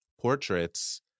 portraits